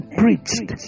preached